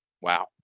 Wow